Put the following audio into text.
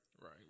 right